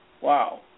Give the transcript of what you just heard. Wow